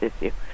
issue